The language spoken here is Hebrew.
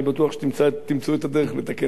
אני בטוח שתמצאו את הדרך לתקן.